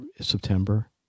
September